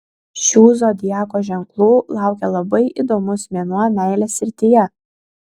šių zodiako ženklų laukia labai įdomus mėnuo meilės srityje